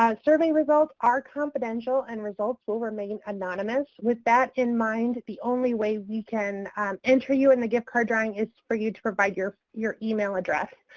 um survey results are confidential and results will remain anonymous. with that in mind, the only way we can enter you in the gift card drawing is for you to provide your your email address.